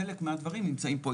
חלק מהדברים נמצאים פה.